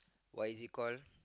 what is it call